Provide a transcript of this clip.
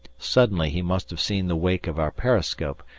suddenly he must have seen the wake of our periscope,